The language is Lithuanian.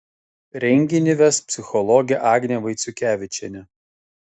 renginį ves psichologė agnė vaiciukevičienė